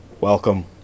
welcome